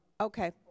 okay